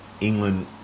England